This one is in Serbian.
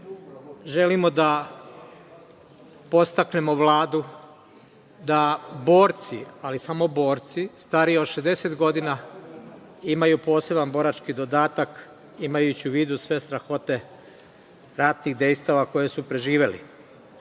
želimo da podstaknemo Vladu da borci, ali samo borci stariji od 60 godina, imaju poseban borački dodatak imajući u vidu sve strahote ratnih dejstava koje su preživeli